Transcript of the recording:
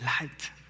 light